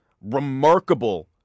remarkable